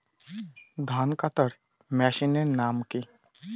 ধান কাটার মেশিনের নাম কি?